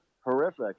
horrific